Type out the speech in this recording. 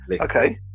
okay